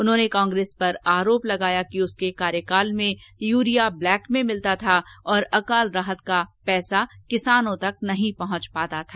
उन्होंने कांग्रेस पर आरोप लगाया कि उसके कार्यकाल में यूरिया ब्लैक में मिलता था और अकाल राहत का पैसा किसानों तक नहीं पहुंच पाता था